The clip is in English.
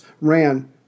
ran